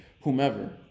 whomever